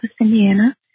Indiana